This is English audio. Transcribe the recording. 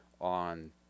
on